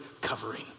covering